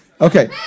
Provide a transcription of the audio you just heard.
Okay